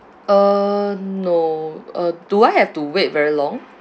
uh no uh do I have to wait very long